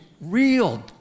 Real